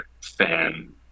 fan